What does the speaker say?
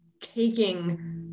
taking